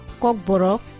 Kokborok